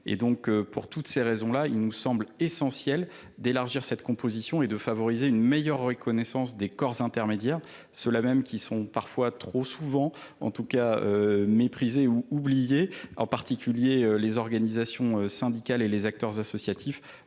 et pour toutes ces raisons là, il nous semble donc essentiel d'élargir cette composition et de favoriser une meilleure reconnaissance des corps intermédiaires ceux là même qu'ils sont parfois trop souvent en tout cas mépriser ou oublier en particulier les organisations syndicales et les acteurs associatifs.